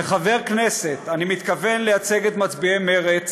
כחבר כנסת, אני מתכוון לייצג את מצביעי מרצ